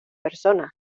persona